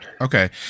Okay